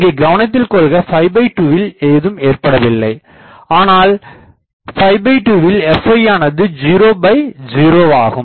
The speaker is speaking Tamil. இங்கே கவனத்தில் கொள்க 2வில் ஏதும் ஏற்படுவதில்லை ஏனெனில் 2 வில் fy யானது 00 ஆகும்